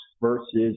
versus